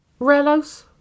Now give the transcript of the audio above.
relos